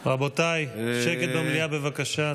רבותיי, שקט במליאה, בבקשה.